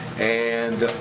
and